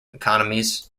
economies